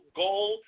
goal